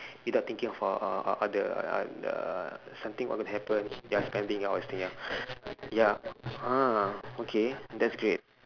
without thinking of uh other uh something what would happen ya spending all these thing ya !huh! okay that's great